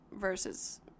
versus